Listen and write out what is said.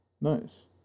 Nice